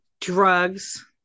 drugs